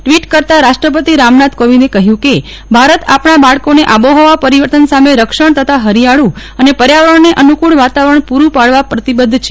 tweet કરતા રાષ્ટ્રપતિ રામનાથ કોવિંદે કહ્યું કે ભારત આપણા બાળકોને આબોહવા પરીવર્તન સામે રક્ષણ તથા ે હરિથાળુ અને પર્યાવરણને અનુકૂળ વાતાવરણ પુરું પાડવા પ્રતિબદ્ધ છે